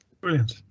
Brilliant